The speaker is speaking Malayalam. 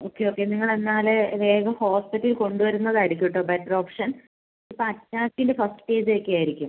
ഓക്കെ ഓക്കെ നിങ്ങൾ എന്നാൽ വേഗം ഹോസ്പിറ്റലിൽ കൊണ്ട് വരുന്നത് ആയിരിക്കും കേട്ടോ ബെറ്റർ ഓപ്ഷൻ ഇപ്പം അറ്റാക്കിൻ്റ ഫസ്റ്റ് സ്റ്റേജ് ഒക്കെ ആയിരിക്കും